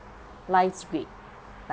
life's great